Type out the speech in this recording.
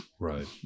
Right